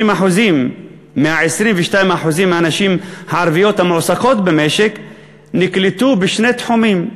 60% מ-22% הנשים הערביות המועסקות במשק נקלטו בשני תחומים,